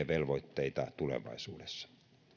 velvoitteita tulevaisuudessa